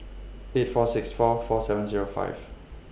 eight four six four four seven Zero five